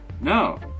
No